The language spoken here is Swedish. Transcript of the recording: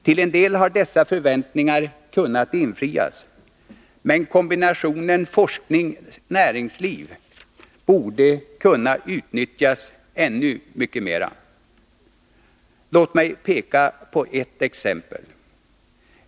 Till en del har dessa förväntningar kunnat infrias, men kombinationen forskning-näringsliv borde kunna utnyttjas ännu mycket mera. Låt mig peka på ett exempel.